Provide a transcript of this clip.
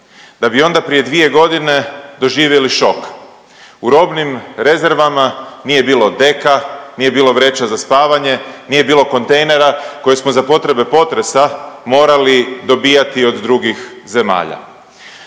da bi onda prije 2.g. doživjeli šok, u robnim rezervama nije bilo deka, nije bilo vreća za spavanje, nije bilo kontejnera koje smo za potrebe potresa morali dobivati od drugih zemalja.